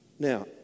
Now